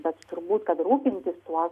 bet turbūt kad rūpintis tuo